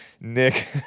Nick